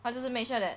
他就是 make sure that